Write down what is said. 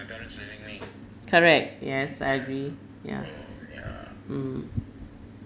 correct yes I agree yeah mm